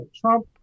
Trump